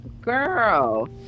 Girl